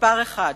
נתון אחד: